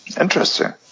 interesting